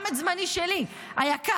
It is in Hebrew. גם את זמני שלי היקר.